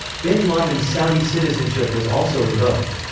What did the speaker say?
bin laden's saudi citizenship was also revoked.